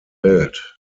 welt